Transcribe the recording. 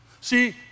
See